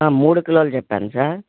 మూడు కిలోలు చెప్పాను సార్